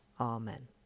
Amen